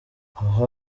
aha